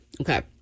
Okay